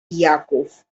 jaków